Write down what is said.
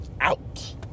out